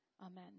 Amen